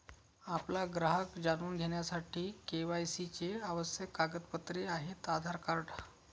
आपला ग्राहक जाणून घेण्यासाठी के.वाय.सी चे आवश्यक कागदपत्रे आहेत आधार कार्ड